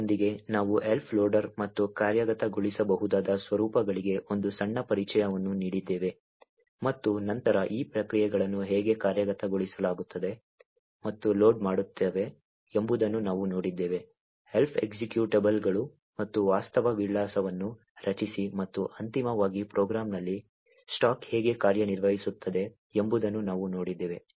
ಇದರೊಂದಿಗೆ ನಾವು Elf loader ಮತ್ತು ಕಾರ್ಯಗತಗೊಳಿಸಬಹುದಾದ ಸ್ವರೂಪಗಳಿಗೆ ಒಂದು ಸಣ್ಣ ಪರಿಚಯವನ್ನು ನೀಡಿದ್ದೇವೆ ಮತ್ತು ನಂತರ ಈ ಪ್ರಕ್ರಿಯೆಗಳನ್ನು ಹೇಗೆ ಕಾರ್ಯಗತಗೊಳಿಸಲಾಗುತ್ತದೆ ಮತ್ತು ಲೋಡ್ ಮಾಡುತ್ತವೆ ಎಂಬುದನ್ನು ನಾವು ನೋಡಿದ್ದೇವೆ Elf ಎಕ್ಸಿಕ್ಯೂಟಬಲ್ಗಳು ಮತ್ತು ವಾಸ್ತವ ವಿಳಾಸವನ್ನು ರಚಿಸಿ ಮತ್ತು ಅಂತಿಮವಾಗಿ ಪ್ರೋಗ್ರಾಂನಲ್ಲಿ ಸ್ಟಾಕ್ ಹೇಗೆ ಕಾರ್ಯನಿರ್ವಹಿಸುತ್ತದೆ ಎಂಬುದನ್ನು ನಾವು ನೋಡಿದ್ದೇವೆ